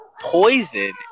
poison